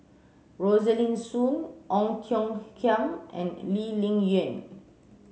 Rosaline Soon Ong Tiong Khiam and Lee Ling Yen